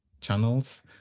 channels